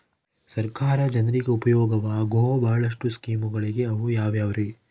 ಸರ್ಕಾರ ಜನರಿಗೆ ಉಪಯೋಗವಾಗೋ ಬಹಳಷ್ಟು ಸ್ಕೇಮುಗಳಿವೆ ಅವು ಯಾವ್ಯಾವ್ರಿ?